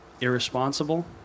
irresponsible